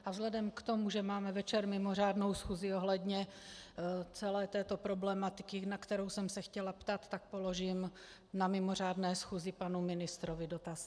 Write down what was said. Vzhledem k tomu, že máme večer mimořádnou schůzi ohledně celé této problematiky, na kterou jsem se chtěla ptát, tak položím na mimořádné schůzi panu ministrovi dotaz.